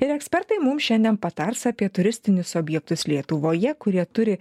ir ekspertai mum šiandien patars apie turistinius objektus lietuvoje kurie turi